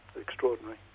Extraordinary